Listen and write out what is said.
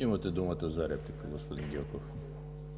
Имате думата за реплика, господин Гьоков.